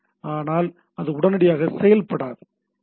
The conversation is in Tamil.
ஆனால் அது உடனடியாக செயல்படாது